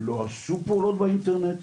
לא עשו פעולות באינטרנט,